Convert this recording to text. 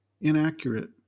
inaccurate